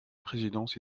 présidence